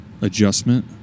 adjustment